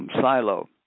Silo